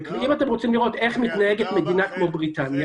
הפחם בבריטניה